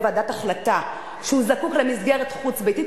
ועדת החלטה שהוא זקוק למסגרת חוץ-ביתית,